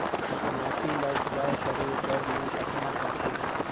माटी ल उपजाऊ करे बर मै कतना करथव?